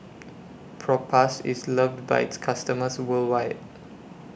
Propass IS loved By its customers worldwide